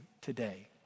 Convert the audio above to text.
today